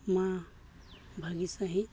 ᱚᱱᱟ ᱵᱷᱟᱹᱜᱤ ᱥᱟᱺᱦᱤᱡᱽ